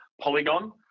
polygon